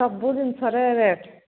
ସବୁ ଜିନିଷରେ ରେଟ୍